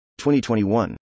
2021